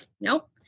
nope